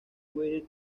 water